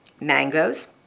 mangoes